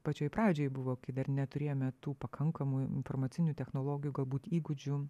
pačioj pradžioj buvo kai dar neturėjome tų pakankamų informacinių technologijų galbūt įgūdžių